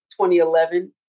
2011